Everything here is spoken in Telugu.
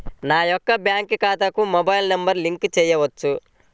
నా యొక్క బ్యాంక్ ఖాతాకి మొబైల్ నంబర్ లింక్ చేయవచ్చా?